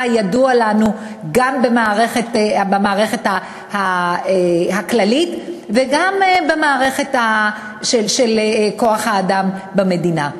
הידוע לנו גם במערכת הכללית וגם במערכת של כוח-האדם במדינה.